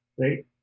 right